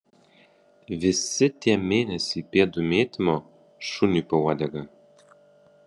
visi tie mėnesiai pėdų mėtymo šuniui po uodega